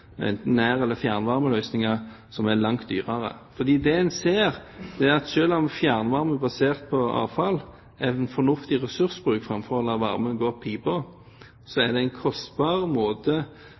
enten nær- eller fjernvarmeløsninger som er langt dyrere. For det en ser, er at selv om fjernvarme basert på avfall er en fornuftig ressursbruk framfor å la varmen gå opp i pipa, er den en kostbar